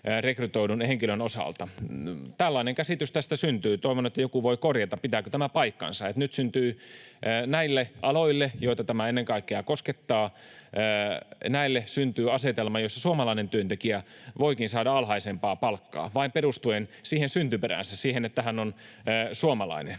rekrytoidun henkilön osalta. Tällainen käsitys tästä syntyy. Toivon, että joku voi korjata, pitääkö tämä paikkansa, että nyt näille aloille, joita tämä ennen kaikkea koskettaa, syntyy asetelma, jossa suomalainen työntekijä voikin saada alhaisempaa palkkaa vain perustuen siihen syntyperäänsä, siihen, että hän on suomalainen.